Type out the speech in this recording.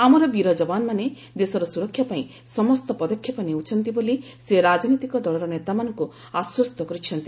ଆମର ବୀର ଜବାନମାନେ ଦେଶର ସୁରକ୍ଷା ପାଇଁ ସମସ୍ତ ପଦକ୍ଷେପ ନେଉଛନ୍ତି ବୋଲି ସେ ରାଜନୈତିକ ଦଳର ନେତାମାନଙ୍କୁ ଆଶ୍ୱସ୍ତ କରିଛନ୍ତି